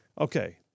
Okay